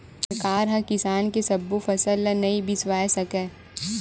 सरकार ह किसान के सब्बो फसल ल नइ बिसावय सकय